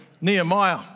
Nehemiah